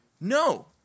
No